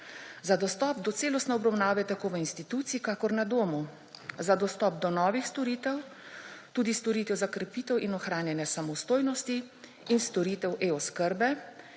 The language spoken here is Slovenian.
Za dostop do celostne obravnave tako v instituciji kakor na domu, za dostop do novih storitev, tudi storitev za krepitev in ohranjanje samostojnosti in storitev e-oskrbe